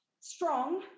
strong